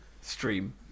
Stream